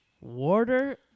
Water